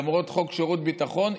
למרות חוק שירות ביטחון,